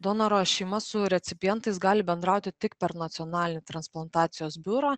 donoro šeima su recipientais gali bendrauti tik per nacionalinį transplantacijos biurą